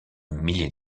milliers